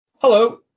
Hello